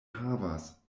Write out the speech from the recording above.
havas